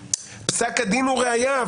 פסק הדין ממילא הוא ראיה.